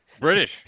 British